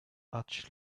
arch